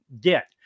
get